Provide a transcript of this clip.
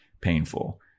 painful